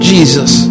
Jesus